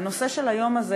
והנושא של היום הזה,